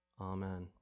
Amen